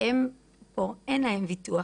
הם פה, אין להם ביטוח.